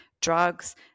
drugs